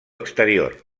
exterior